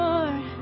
Lord